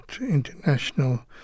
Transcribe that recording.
international